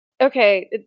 okay